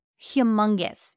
humongous